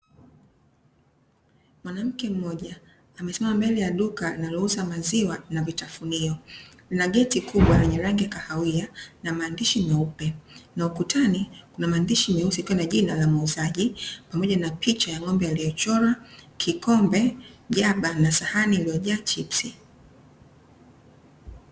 Mwanamke mmoja, amesimama mbele ya duka linalo uza maziwa na vitafunio; lina geti kubwa lenye rangi ya kahawia na maandishi meupe, na ukutani kuna maandishi meusi ikiwa na jina la muuzaji pamoja na picha ya ng'ombe aliyechorwa, kikombe, jiaba na sahani iliyojaa chipsi.